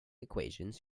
equations